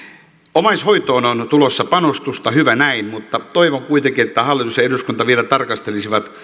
omaishoitoon on on tulossa panostusta hyvä näin mutta toivon kuitenkin että hallitus ja eduskunta vielä tarkastelisivat